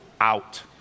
out